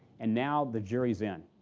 and now the jury's in.